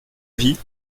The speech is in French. vie